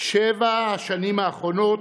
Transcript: שבע השנים האחרונות,